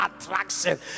attraction